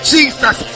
Jesus